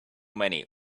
many